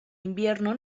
invierno